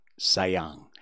Sayang